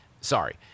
Sorry